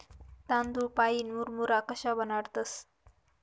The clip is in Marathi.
तांदूय पाईन मुरमुरा कशा बनाडतंस?